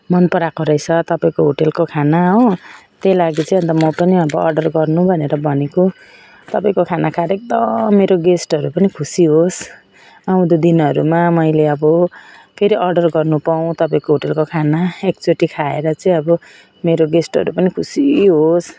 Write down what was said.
मन पराएको रहेछ तपाईँको होटेलको खाना हो त्यही लागि अन्त म पनि अब अडर गर्नु भनेर भनेको तपाईँको खाना खाएर एकदम मेरो गेस्टहरू पनि खुसी होस् आउँदो दिनहरूमा मैले अब फेरि अडर गर्नु पाऊँ तपाईँको होटेलको खाना एक चोटि खाएर चाहिँ अब मेरो गेस्टहरू पनि खुसी होस्